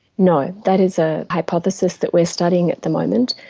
no, that is a hypothesis that we're studying at the moment.